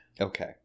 Okay